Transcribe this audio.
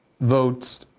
votes